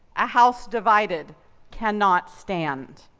a house divided cannot stand.